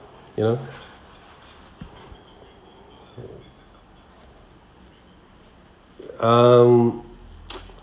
ya um